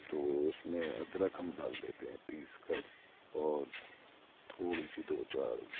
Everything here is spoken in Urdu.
تو اس میں ادرک ہم ڈال دیتے ہیں پیس کر اور تھوڑی سی دو چار